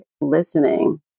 listening